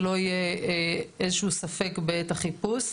שלא יהיה איזה שהוא ספק בעת החיפוש.